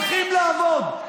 הולכים לעבוד.